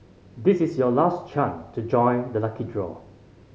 this is your last chance to join the lucky draw